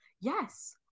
Yes